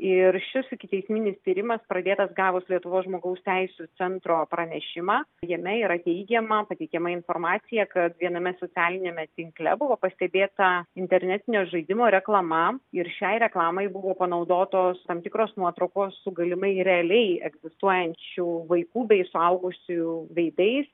ir šis ikiteisminis tyrimas pradėtas gavus lietuvos žmogaus teisių centro pranešimą jame yra teigiama pateikiama informacija kad viename socialiniame tinkle buvo pastebėta internetinio žaidimo reklama ir šiai reklamai buvo panaudotos tam tikros nuotraukos su galimai realiai egzistuojančių vaikų bei suaugusiųjų veidais